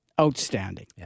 outstanding